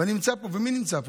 ומי נמצא פה?